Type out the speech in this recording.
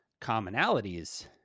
commonalities